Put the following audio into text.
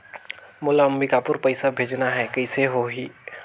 मोला अम्बिकापुर पइसा भेजना है, कइसे होही?